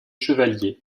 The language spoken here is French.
chevalier